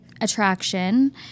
attraction